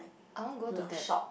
I want go to that